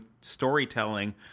storytelling